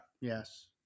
Yes